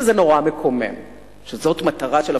וזה מאוד מקומם כשלעצמו.